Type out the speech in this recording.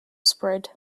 spread